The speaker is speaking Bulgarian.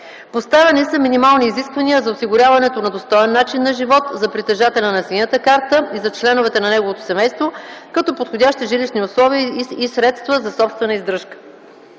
Поставени са и минимални изисквания за осигуряването на достоен начин на живот за притежателя на „синята карта” и за членовете на неговото семейство като подходящи жилищни условия и средства за собствена издръжка.